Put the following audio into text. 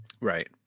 Right